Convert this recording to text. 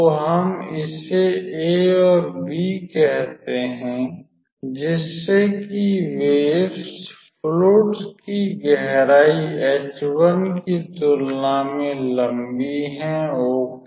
तो हम इसे ए और बी कहते हैं जिससे कि वेव्स फ्लुइड की गहराई h1 की तुलना में लंबी हैं ओके